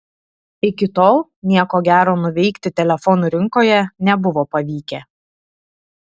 iki tol nieko gero nuveikti telefonų rinkoje nebuvo pavykę